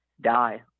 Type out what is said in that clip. die